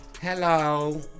Hello